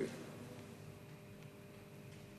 אדוני